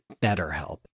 BetterHelp